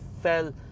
fell